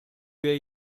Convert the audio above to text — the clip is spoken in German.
wir